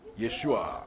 Yeshua